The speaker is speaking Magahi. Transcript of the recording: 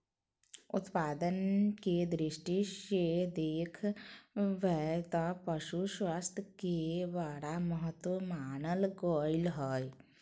उत्पादन के दृष्टि से देख बैय त पशु स्वास्थ्य के बड़ा महत्व मानल गले हइ